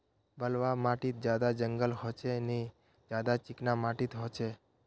बलवाह माटित ज्यादा जंगल होचे ने ज्यादा चिकना माटित होचए?